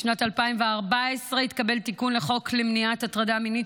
בשנת 2014 התקבל תיקון לחוק למניעת הטרדה מינית,